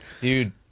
Dude